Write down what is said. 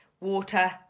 water